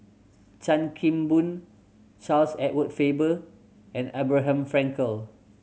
Chan Kim Boon Charles Edward Faber and Abraham Frankel